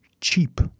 cheap